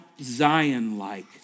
Zion-like